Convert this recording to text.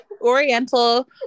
oriental